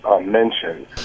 mentioned